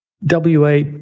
WA